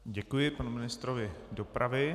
Děkuji panu ministrovi dopravy.